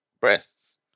breasts